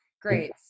Great